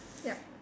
yup